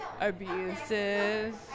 abuses